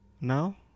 now